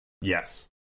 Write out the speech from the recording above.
Yes